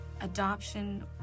adoption